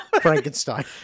Frankenstein